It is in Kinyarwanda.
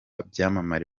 byamamare